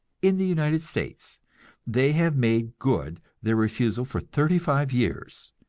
in the united states they have made good their refusal for thirty-five years,